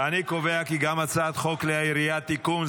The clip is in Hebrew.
את הצעת חוק כלי ירייה (תיקון,